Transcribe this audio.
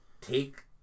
take